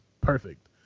perfect